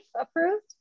approved